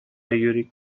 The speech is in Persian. یوری